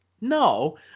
No